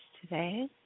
today